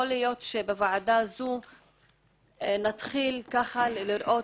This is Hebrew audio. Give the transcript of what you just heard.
יכול להיות שבוועדה הזאת נתחיל לראות